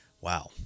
Wow